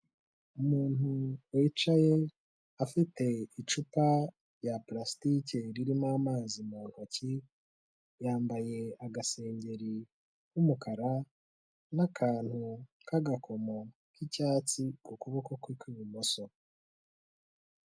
Umuntu wicaye afite icupa rya pulasitike ririmo amazi mu ntoki, yambaye agasengeri k'umukara n'akantu k'agakomo k'icyatsi ku kuboko kwe kw'ibumoso.